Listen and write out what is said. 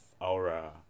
aura